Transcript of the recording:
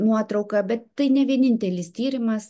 nuotrauką bet tai ne vienintelis tyrimas